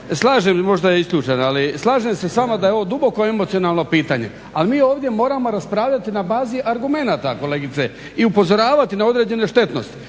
se. Dakle, slažem se s vama da je ovo duboko emocionalno pitanje, ali mi ovdje moramo raspravljati na bazi argumenata kolegice i upozoravati na određene štetnosti.